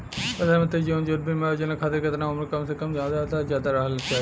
प्रधानमंत्री जीवन ज्योती बीमा योजना खातिर केतना उम्र कम से कम आ ज्यादा से ज्यादा रहल चाहि?